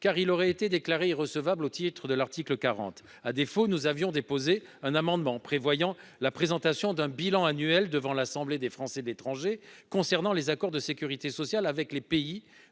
car il aurait été déclarées recevables au titre de l'article 40. À défaut, nous avions déposé un amendement prévoyant la présentation d'un bilan annuel devant l'Assemblée des Français de l'étranger. Concernant les accords de sécurité sociale avec les pays